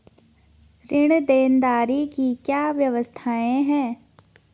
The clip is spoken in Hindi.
ऋण देनदारी की क्या क्या व्यवस्थाएँ हैं?